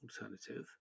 alternative